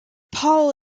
paul